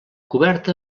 coberta